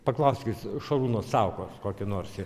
paklauskit šarūno saukos kokio nors